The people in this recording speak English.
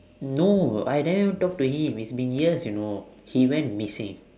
no I never even talk to him it's been years you know he went missing